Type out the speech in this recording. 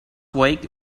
week